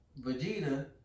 Vegeta